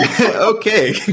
Okay